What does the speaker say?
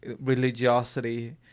religiosity